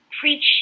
preach